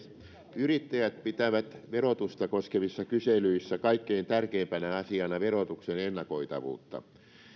yrittäjät pitävät verotusta koskevissa kyselyissä kaikkein tärkeimpänä asiana verotuksen ennakoitavuutta